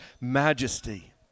majesty